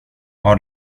har